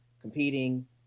competing